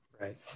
Right